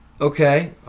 Okay